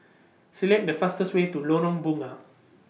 Select The fastest Way to Lorong Bunga